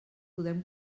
podem